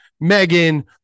megan